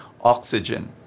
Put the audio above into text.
oxygen